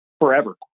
forever